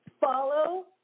Follow